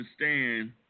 understand